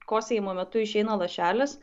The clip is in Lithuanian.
kosėjimo metu išeina lašelis